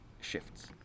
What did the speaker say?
shifts